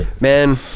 Man